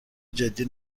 جدی